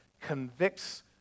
convicts